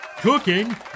Cooking